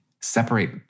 separate